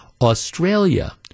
Australia